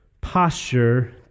posture